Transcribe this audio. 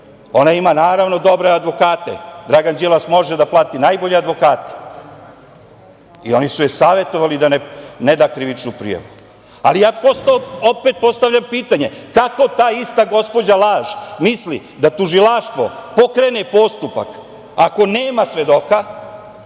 ima, naravno, dobre advokate. Dragan Đilas može da plati najbolje advokate i oni su je savetovali da ne da krivičnu prijavu. Ali, ja posle opet postavljam pitanje kako ta ista gospođa laž misli da tužilaštvo pokrene postupak ako nema svedoka,